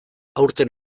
aurten